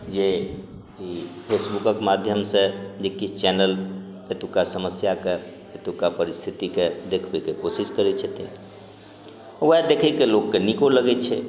जे ई फेसबुकक माध्यमसँ जे किछु चैनल एतुका समस्याके एतुका परिस्थितिके देखबैके कोशिश करै छथिन वएह देखैके लोकके नीको लगै छै